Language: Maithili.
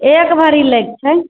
एक भरी लै के छै